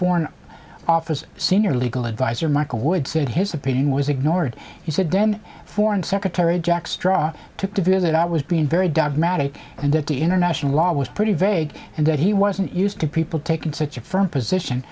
foreign office senior legal advisor michael wood said his opinion was ignored he said then foreign secretary jack straw took to fear that i was being very dogmatic and that the international law was pretty vague and that he wasn't used to people taking such a firm position